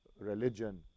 religion